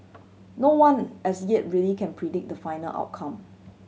no one as yet really can predict the final outcome